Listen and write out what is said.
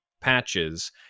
patches